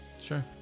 Sure